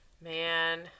Man